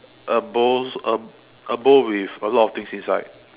a bowl a a bowl with a lot of things inside